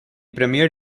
premier